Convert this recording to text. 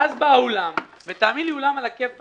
ואז בא האולם, ותאמין לי, אולם על הכיפק,